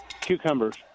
Cucumbers